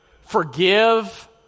Forgive